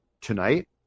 tonight